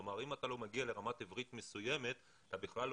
זאת אומרת אם אתה לא מגיע לרמת עברית מסוימת אתה בכלל לא